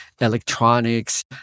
electronics